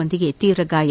ಮಂದಿಗೆ ತೀವ್ರ ಗಾಯ